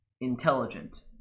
intelligent